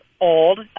old